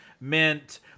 meant